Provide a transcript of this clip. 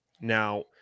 now